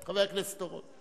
חבר הכנסת אורון.